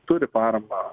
turi paramą